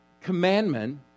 commandment